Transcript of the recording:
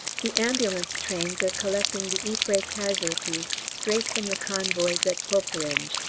the ambulance trains are collecting the ypres casualties straight from the convoys at poperinghe,